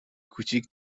کوچیک